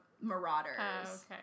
Marauders